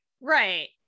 Right